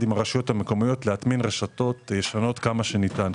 עם הרשויות המקומיות להטמין רשתות שונות כמה שניתן,